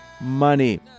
money